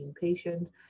patients